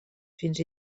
fins